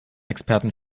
experten